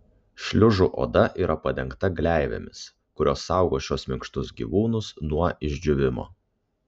šliužų oda yra padengta gleivėmis kurios saugo šiuos minkštus gyvūnus nuo išdžiūvimo